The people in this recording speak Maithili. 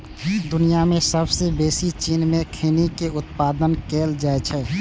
दुनिया मे सबसं बेसी चीन मे खैनी के उत्पादन कैल जाइ छै